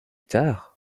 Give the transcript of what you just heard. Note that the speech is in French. tard